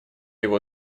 его